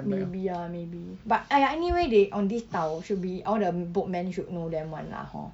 maybe ah maybe but !aiya! anyway they on this 岛 should be all the boatman should know them [one] lah hor